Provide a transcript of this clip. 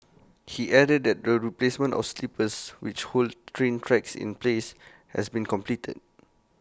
he added that the replacement of sleepers which hold train tracks in place has been completed